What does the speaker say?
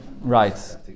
Right